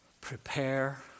Prepare